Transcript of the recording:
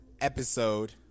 episode